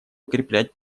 укреплять